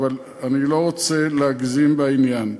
אבל אני לא רוצה להגזים בעניין.